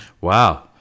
Wow